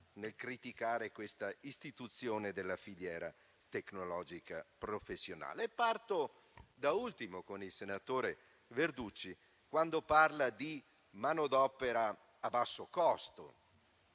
nel criticare l'istituzione della filiera tecnologico-professionale. Parto da ultimo con il senatore Verducci, quando parla di manodopera a basso costo.